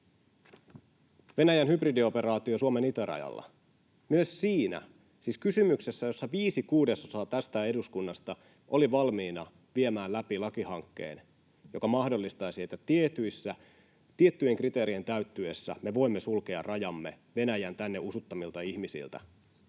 Venäjän hybridioperaatio Suomen itärajalla. Myös siinä, siis kysymyksessä, jossa viisi kuudesosaa tästä eduskunnasta oli valmiina viemään läpi lakihankkeen, joka mahdollistaisi, että tiettyjen kriteerien täyttyessä me voimme sulkea rajamme Venäjän tänne usuttamilta ihmisiltä